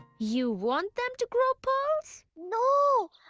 you want them to grow pearls? no!